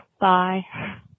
Bye